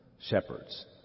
shepherds